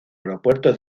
aeropuerto